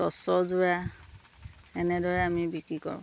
টচৰ যোৰা এনেদৰে আমি বিক্ৰী কৰোঁ